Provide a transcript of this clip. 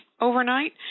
overnight